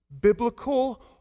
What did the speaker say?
biblical